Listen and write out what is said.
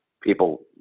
people